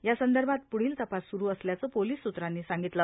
या संदर्भात पुढील तपास सुरू असल्याचं पोलीस सूत्रांनी सांगितलं